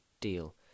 deal